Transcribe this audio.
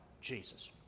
Jesus